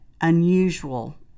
unusual